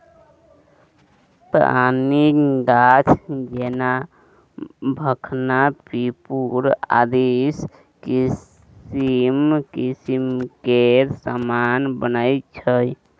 पानिक गाछ जेना भखना पिपुर आदिसँ किसिम किसिम केर समान बनैत छै